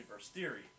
theory